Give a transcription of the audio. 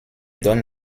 donne